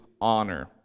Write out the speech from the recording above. honor